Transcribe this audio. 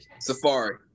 safari